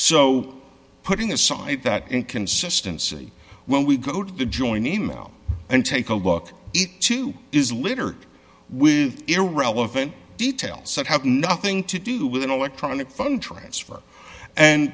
so putting aside that inconsistency when we go to the joint e mail and take a look it too is littered with irrelevant details that have nothing to do with an electronic funds transfer and